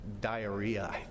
diarrhea